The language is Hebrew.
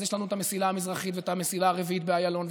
אז יש לנו את המסילה המזרחית ואת המסילה הרביעית באיילון,